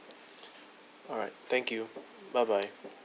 alright thank you bye bye